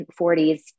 40s